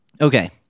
okay